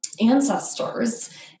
ancestors